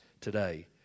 today